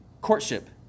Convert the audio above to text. courtship